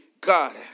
God